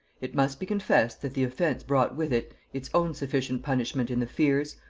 it must be confessed that the offence brought with it its own sufficient punishment in the fears,